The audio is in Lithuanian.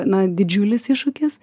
na didžiulis iššūkis